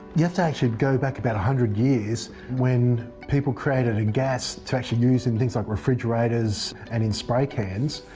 you have to actually go back about one hundred years when people created a gas to actually use in things like refrigerators and in spray cans,